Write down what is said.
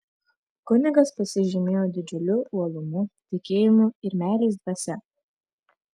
kunigas pasižymėjo didžiuliu uolumu tikėjimu ir meilės dvasia